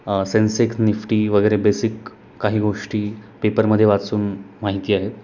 Sensex Nifty वगैरे basic काही गोष्टी पेपरमध्ये वाचून माहिती आहेत